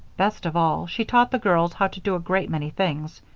best of all, she taught the girls how to do a great many things.